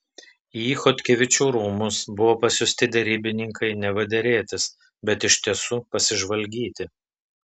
į chodkevičių rūmus buvo pasiųsti derybininkai neva derėtis bet iš tiesų pasižvalgyti